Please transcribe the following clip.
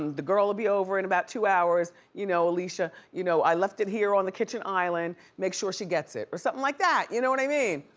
um the girl would be over in about two hours, you know alicia, you know i left it here on the kitchen island, make sure she gets it, or something like that. you know and i mean